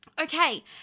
Okay